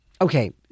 Okay